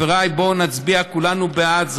אני מבקש פה שוב מחברי: בואו נצביע כולנו בעד.